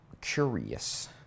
curious